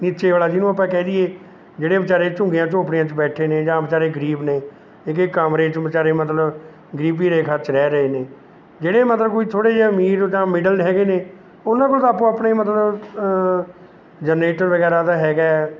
ਨੀਚੇ ਵਾਲਾ ਜਿਹਨੂੰ ਆਪਾਂ ਕਹਿ ਦਈਏ ਜਿਹੜੇ ਵਿਚਾਰੇ ਝੁੰਗੀਆਂ ਝੋਪੜੀਆਂ 'ਚ ਬੈਠੇ ਨੇ ਜਾਂ ਵਿਚਾਰੇ ਗਰੀਬ ਨੇ ਇੱਕ ਇੱਕ ਕਮਰੇ 'ਚ ਵਿਚਾਰੇ ਮਤਲਬ ਗਰੀਬੀ ਰੇਖਾ 'ਚ ਰਹਿ ਰਹੇ ਨੇ ਜਿਹੜੇ ਮਤਲਬ ਕੋਈ ਥੋੜ੍ਹੇ ਜਿਹੇ ਅਮੀਰ ਉੱਦਾਂ ਮਿਡਲ ਹੈਗੇ ਨੇ ਉਨ੍ਹਾਂ ਕੋਲ ਤਾਂ ਆਪੋ ਆਪਣੇ ਮਤਲਬ ਜਰਨੇਟਰ ਵਗੈਰਾ ਦਾ ਹੈਗਾ ਹੈ